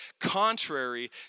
contrary